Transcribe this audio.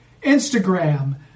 Instagram